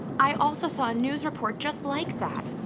i also saw a news report just like that.